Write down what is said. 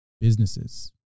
businesses